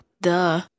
Duh